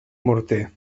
morter